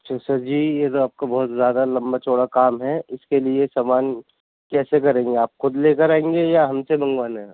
اچھا سر جی یہ تو آپ کا بہت زیادہ لمبا چوڑا کام ہے اِس کے لیے سمان کیسے کریں گے آپ خود لے کر آئیں گے یا ہم سے منگوانا ہے